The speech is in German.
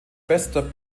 bester